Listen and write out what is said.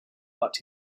but